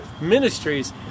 Ministries